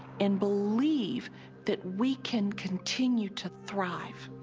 and believe that we can continue to thrive,